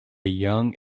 young